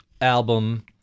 album